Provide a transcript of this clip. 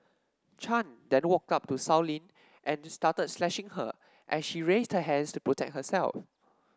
Chan then walked up to Sow Lin and started slashing her as she raised her hands to protect herself